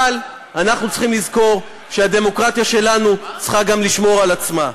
אבל אנחנו צריכים לזכור שהדמוקרטיה שלנו צריכה גם לשמור על עצמה.